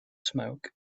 smoke